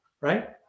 right